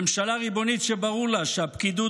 ממשלה ריבונית שברור לה שהפקידות,